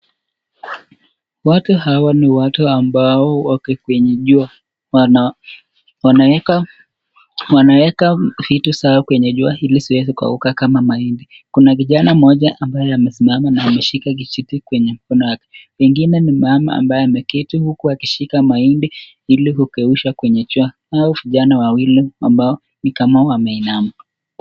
Watu hawa ni watu ambao wako kwenye jua ,wanaweka vitu zao kwenye jua ili zieze kukauka kama mahindi kuna kijana mmoja ambaye amesimama na ameshika kwenye mkono yake, mwingine ni mama ambaye ameketi huku akishika mahindi ili kukausha kwenye jua ,hao vijana wawili ambao ni kama wameinama.